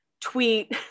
tweet